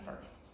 first